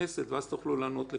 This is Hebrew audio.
ואז תוכלו לענות לכולם.